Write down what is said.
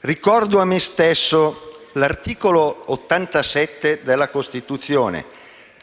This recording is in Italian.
Ricordo a me stesso l'articolo 87 della Costituzione: